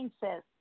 says